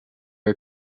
are